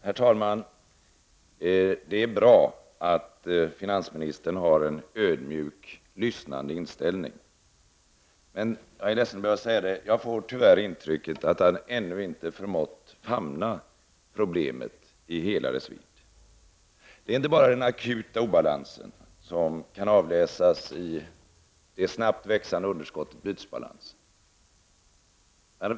Herr talman! Det är bra att finansministern har en ödmjuk, lyssnande inställning. Jag är ledsen att behöva säga det, men jag får tyvärr intrycket att han ännu inte förmått famna problemet i hela dess vidd. Det gäller inte bara den akuta obalansen, som kan avläsas i det snabbt växande underskottet i bytesbalansen.